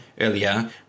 earlier